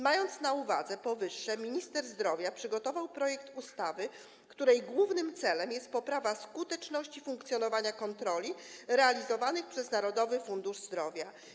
Mając na uwadze powyższe, minister zdrowia przygotował projekt ustawy, której głównym celem jest poprawa skuteczności funkcjonowania kontroli prowadzonych przez Narodowy Fundusz Zdrowia.